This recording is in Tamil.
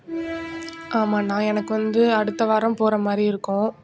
ஆமாண்ணா எனக்கு வந்து அடுத்த வாரம் போகிற மாதிரி இருக்கும்